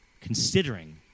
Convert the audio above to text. considering